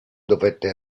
dovette